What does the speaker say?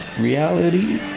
reality